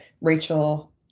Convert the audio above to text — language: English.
Rachel